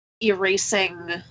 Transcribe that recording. erasing